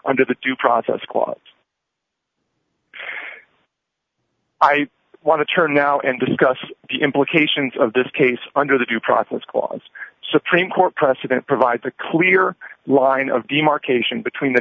under the due process clause i want to turn now and discuss the implications of this case under the due process clause supreme court precedent provides a clear line of demarcation between the